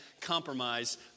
compromise